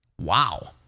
Wow